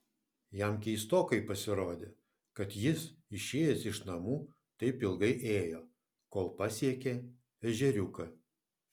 jam keistokai pasirodė kad jis išėjęs iš namų taip ilgai ėjo kol pasiekė ežeriuką